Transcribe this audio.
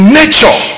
nature